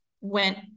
went